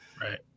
Right